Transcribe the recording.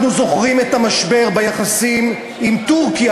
אנחנו זוכרים את המשבר ביחסים עם טורקיה,